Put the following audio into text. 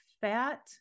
fat